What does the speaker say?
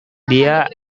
dia